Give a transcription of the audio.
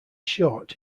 short